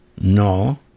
No